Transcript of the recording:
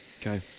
Okay